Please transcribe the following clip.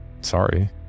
Sorry